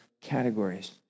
categories